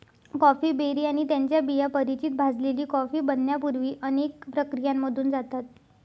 coffee berry आणि त्यांच्या बिया परिचित भाजलेली कॉफी बनण्यापूर्वी अनेक प्रक्रियांमधून जातात